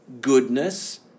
goodness